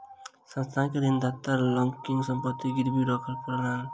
संस्थान के ऋणदाता लग किछ संपत्ति गिरवी राखअ पड़लैन